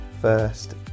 First